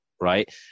right